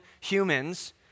humans